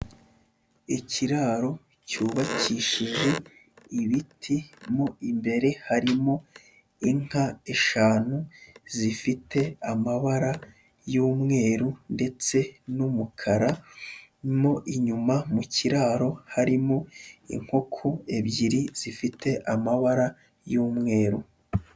Ikiraro cyubakishije ibiti, mo imbere harimo inka eshanu zifite amabara y'umweru ndetse n'umukara, mo inyuma mu kiraro harimo inkoko ebyiri zifite amabara y'umweru.